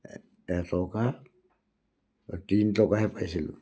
টকা তিনি টকাহে পাইছিলোঁ